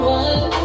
one